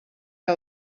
que